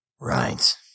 Right